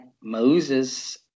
Moses